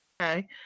Okay